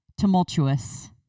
tumultuous